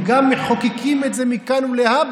הם גם מחוקקים את זה מכאן ולהבא.